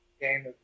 game